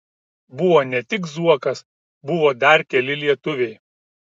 buvo ne tik zuokas buvo dar keli lietuviai